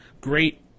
Great